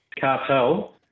cartel